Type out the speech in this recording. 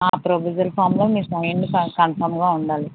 ఆ ప్రపోసల్ ఫామ్లో మీ సైన్ క కన్ఫార్మ్గా ఉండాలి